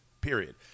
Period